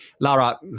Lara